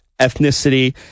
ethnicity